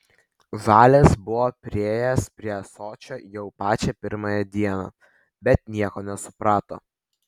žalias buvo priėjęs prie ąsočio jau pačią pirmąją dieną bet nieko nesuprato